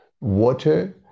water